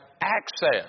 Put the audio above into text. access